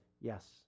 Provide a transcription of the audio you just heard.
yes